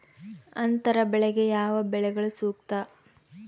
ಅಂತರ ಬೆಳೆಗೆ ಯಾವ ಬೆಳೆಗಳು ಸೂಕ್ತ?